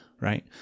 right